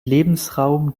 lebensraum